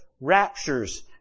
raptures